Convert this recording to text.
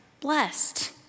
blessed